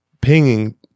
pinging